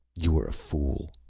you were a fool,